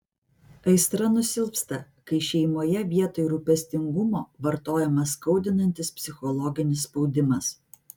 aistra nusilpsta kai šeimoje vietoj rūpestingumo vartojamas skaudinantis psichologinis spaudimas